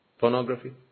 Pornography